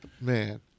Man